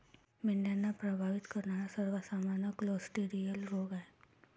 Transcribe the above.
मेंढ्यांना प्रभावित करणारे सर्वात सामान्य क्लोस्ट्रिडियल रोग आहेत